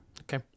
Okay